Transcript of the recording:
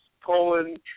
Poland